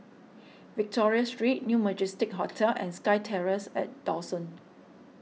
Victoria Street New Majestic Hotel and SkyTerrace at Dawson